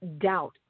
doubt